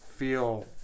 feel